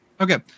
Okay